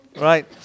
Right